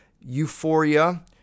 euphoria